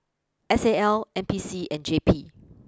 S A L N P C and J P